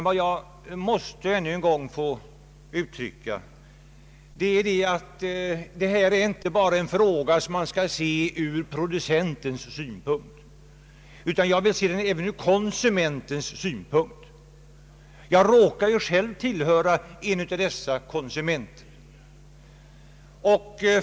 Vad jag ännu en gång måste få uttrycka är att detta inte är en fråga som bara skall ses från producenternas synpunkt, utan jag vill se den även från konsumenternas synpunkt. Jag råkar själv tillhöra den senare gruppen.